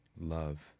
love